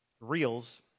reels